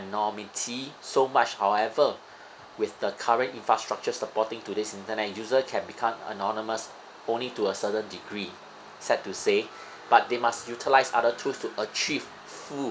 anonymity so much however with the current infrastructure supporting today's internet user can become anonymous only to a certain degree sad to say but they must utilize other tools to achieve full